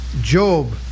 Job